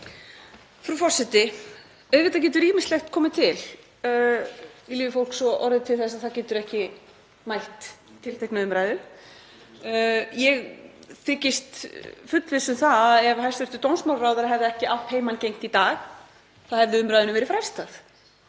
Frú forseti. Auðvitað getur ýmislegt komið til í lífi fólks og orðið til þess að það getur ekki mætt í tiltekna umræðu. Ég þykist þess fullviss að ef hæstv. dómsmálaráðherra hefði ekki átt heimangengt í dag hefði umræðunni verið frestað.